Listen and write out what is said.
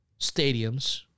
stadiums